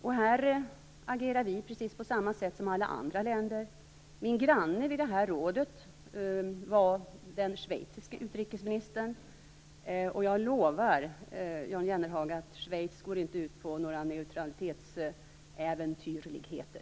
Vi agerar här på precis samma sätt som alla andra länder. Min granne vid rådsmötet var den schweiziske utrikesministern, och jag lovar Jan Jennehag att Schweiz inte går in på några äventyrligheter när det gäller neutraliteten.